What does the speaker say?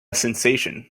sensation